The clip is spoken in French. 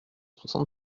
soixante